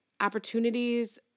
opportunities